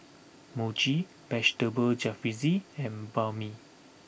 Mochi Vegetable Jalfrezi and Banh Mi